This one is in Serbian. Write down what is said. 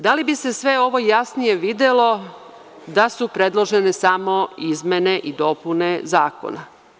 Da li bi se sve ovo jasnije videlo da su predložene samo izmene i dopune zakona?